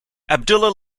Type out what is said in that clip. abdullah